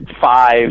five